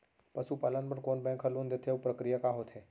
पसु पालन बर कोन बैंक ह लोन देथे अऊ प्रक्रिया का होथे?